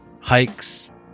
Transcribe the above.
hikes